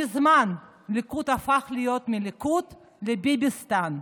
מזמן הליכוד הפך להיות מהליכוד לביביסטן.